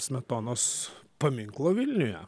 smetonos paminklo vilniuje